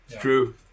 True